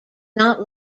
not